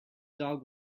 dog